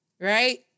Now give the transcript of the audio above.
Right